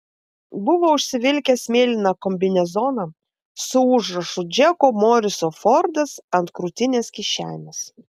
buvo užsivilkęs mėlyną kombinezoną su užrašu džeko moriso fordas ant krūtinės kišenės